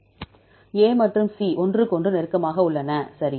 A மற்றும் C ஒன்றுக்கொன்று நெருக்கமாக உள்ளன சரி